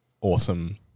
awesome